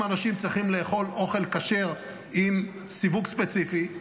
אם האנשים צריכים לאכול אוכל כשר עם סיווג ספציפי,